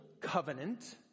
covenant